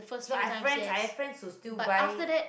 cause I friends I have friends who still buy